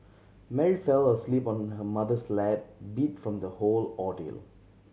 Mary fell asleep on her mother's lap beat from the whole ordeal